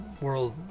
world